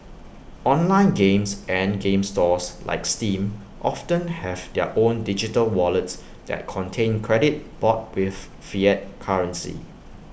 online games and game stores like steam often have their own digital wallets that contain credit bought with fiat currency